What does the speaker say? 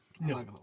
No